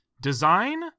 design